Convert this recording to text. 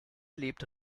lebt